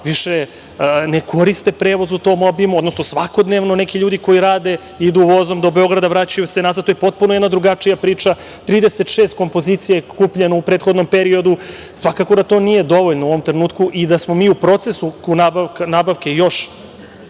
više ne koriste prevoz u tom obimu, odnosno svakodnevno neki ljudi koji rade idu vozom do Beograda, vraćaju se nazad, to je potpuno jedna drugačija priča, Trideset šest kompozicija je kupljeno u prethodnom periodu. Svakako da to nije dovoljno u ovom trenutku i da smo mi u procesu nabavke još